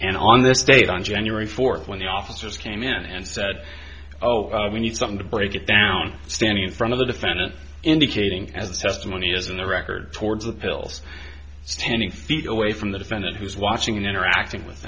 and on this date on january fourth when the officers came in and said oh we need something to break it down standing in front of the defendant indicating as the testimony is in the record towards the pills standing feet away from the defendant who's watching and interacting with